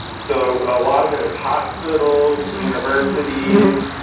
so a lot of it is hospitals, universities,